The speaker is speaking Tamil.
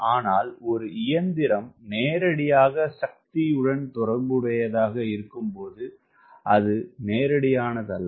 ஆனால் ஒரு இயந்திரம் நேரடியாக சக்தியுடன் தொடர்புடையதாக இருக்கும்போது அது நேரடியானதல்ல